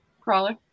crawler